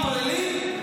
מתפללים?